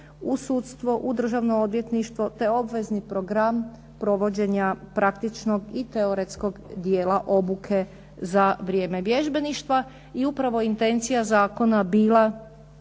u sudstvo, državno odvjetništvo te obvezni program provođenja praktičnog i teoretskog dijela obuke za vrijeme vježbeništva. I upravo je intencija zakona bila